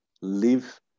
live